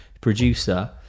producer